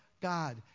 God